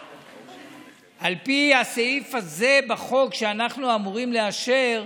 לפי הסעיף הזה בחוק שאנחנו אמורים לאשר,